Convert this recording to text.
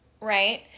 right